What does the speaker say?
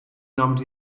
noms